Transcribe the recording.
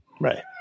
Right